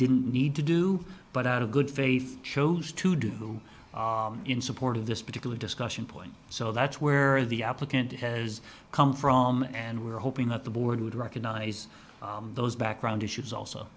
didn't need to do but out of good faith chose to do so in support of this particular discussion point so that's where the applicant has come from and we're hoping that the board would recognize those background issues also